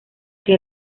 que